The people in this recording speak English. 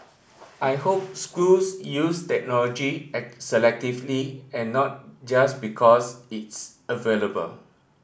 I hope schools use technology selectively and not just because it's available